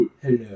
Hello